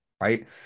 right